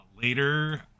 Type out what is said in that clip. Later